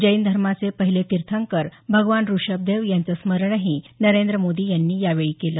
जैन धर्माचे पहिले तीर्थंकर भगवान ऋषभदेव यांचं स्मरणही नरेंद्र मोदी यांनी केलं